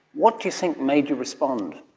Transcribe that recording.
what do you think made you respond?